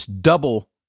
double